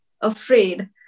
afraid